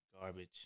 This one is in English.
Garbage